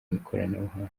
ikoranabuhanga